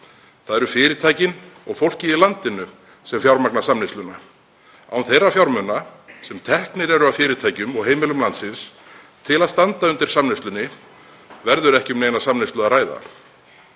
Það eru fyrirtækin og fólkið í landinu sem fjármagna samneysluna. Án þeirra fjármuna sem teknir eru af fyrirtækjum og heimilum landsins til að standa undir samneyslunni verður ekki um neina samneyslu að ræða.